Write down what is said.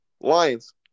Lions